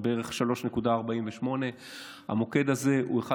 הוא בערך 3.48. המוקד הזה הוא אחד